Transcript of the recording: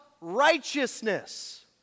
righteousness